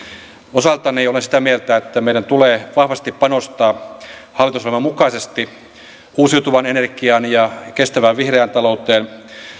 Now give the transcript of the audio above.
osaltani olen sitä mieltä että meidän tulee vahvasti panostaa hallitusohjelman mukaisesti uusiutuvaan energiaan ja kestävään vihreään talouteen